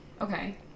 Okay